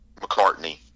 McCartney